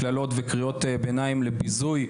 קללות וקריאות ביניים לביזוי,